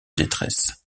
détresse